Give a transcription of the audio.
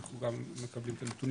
אנחנו גם מקבלים את הנתונים,